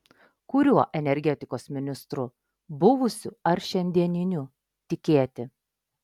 kuriuo energetikos ministru buvusiu ar šiandieniniu tikėti